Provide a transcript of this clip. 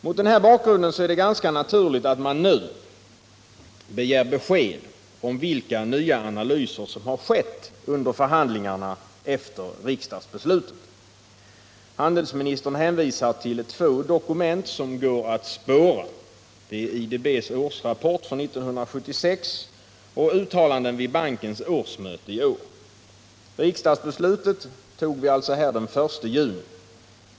Mot den här bakgrunden är det ganska naturligt att man nu begär besked om vilka nya analyser som skett under förhandlingarna efter riksdagsbeslutet. Handelsministern hänvisar nu till två dokument som går att spåra - IDB:s årsrapport för 1976 och uttalanden vid bankens årsmöte i år. Riksdagsbeslutet togs alltså den 1 juni.